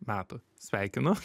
metų sveikinu